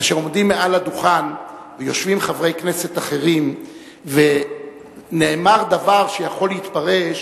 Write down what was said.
עומדים מעל הדוכן ויושבים חברי כנסת אחרים ונאמר דבר שיכול להתפרש